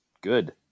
good